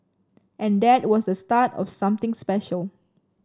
and that was the start of something special